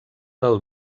del